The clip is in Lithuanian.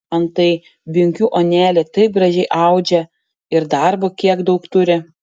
antai binkių onelė taip gražiai audžia ir darbo kiek daug turi